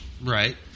Right